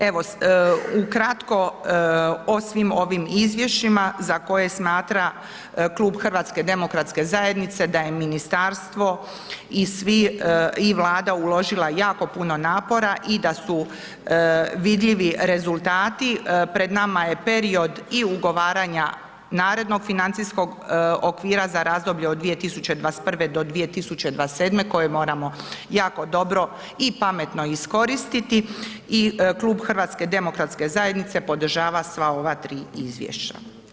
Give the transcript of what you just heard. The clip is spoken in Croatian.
Evo, ukratko, o svim ovim izvješćima za koje smatra Klub HDZ-a da je ministarstvo i svi i Vlada uložila jako puno napora i da su vidljivi rezultati, pred nama je period i ugovaranja narednog financijskog okvira za razdoblje od 2021.-2027. koje moramo jako dobro i pametno iskoristiti i Klub HDZ-a podržava sva ova 3 izvješća.